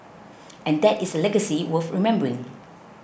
and that is a legacy worth remembering